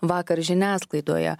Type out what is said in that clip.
vakar žiniasklaidoje